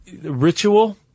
ritual